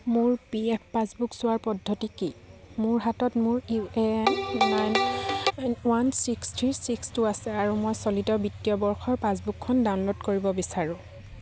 মোৰ P F passbook চোৱাৰ পদ্ধতি কি মোৰ হাতত মোৰ U A N nine one three six two আছে আৰু মই চলিত বিত্তীয় বৰ্ষৰ পাছবুকখন ডাউনলোড কৰিব বিচাৰোঁ